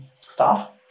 staff